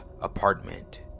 apartment